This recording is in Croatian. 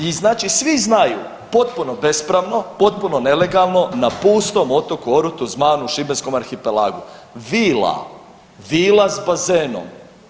I znači svi znaju potpuno bespravno, potpuno nelegalno na pustom otoku Orutu Zmanu u Šibenskom arhipelagu vila, vila s bazenom.